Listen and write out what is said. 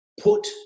put